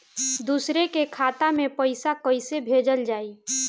दूसरे के खाता में पइसा केइसे भेजल जाइ?